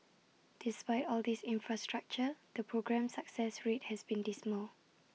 despite all this infrastructure the programme's success rate has been dismal